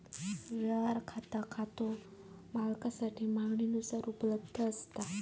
व्यवहार खाता खातो मालकासाठी मागणीनुसार उपलब्ध असता